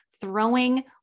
throwing